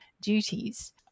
duties